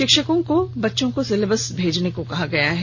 शिक्षकों को बच्चों को सिलेबस भेजने के लिए कहा गया है